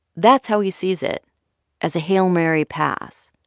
that's how he sees it as a hail mary pass.